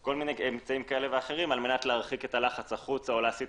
כל מיני אמצעים כאלה ואחרים על מנת להרחיק את הלחץ החוצה או להסיט